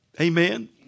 Amen